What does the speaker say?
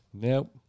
Nope